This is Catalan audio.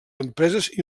empreses